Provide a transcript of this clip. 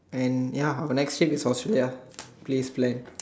and ya my next tip is Australia please plan